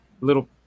little